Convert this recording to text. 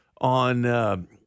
on